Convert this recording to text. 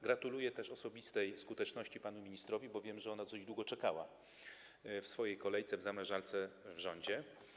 Gratuluję też osobistej skuteczności panu ministrowi, bo wiem, że ona długo czekała w kolejce, w zamrażarce w rządzie.